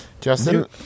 Justin